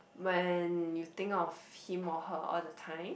when you think off him or her all the time